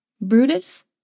Brutus